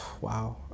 Wow